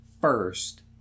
first